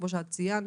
כמו שציינת,